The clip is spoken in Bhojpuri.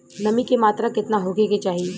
नमी के मात्रा केतना होखे के चाही?